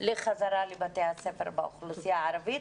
לחזרה ללימודים בבתי הספר באוכלוסייה הערבית?